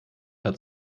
hat